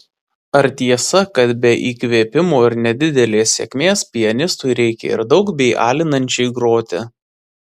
ar tiesa kad be įkvėpimo ir nedidelės sėkmės pianistui reikia ir daug bei alinančiai groti